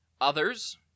Others